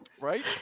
Right